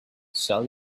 sell